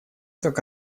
как